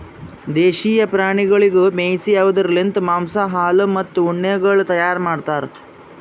ದೇಶೀಯ ಪ್ರಾಣಿಗೊಳಿಗ್ ಮೇಯಿಸಿ ಅವ್ದುರ್ ಲಿಂತ್ ಮಾಂಸ, ಹಾಲು, ಮತ್ತ ಉಣ್ಣೆಗೊಳ್ ತೈಯಾರ್ ಮಾಡ್ತಾರ್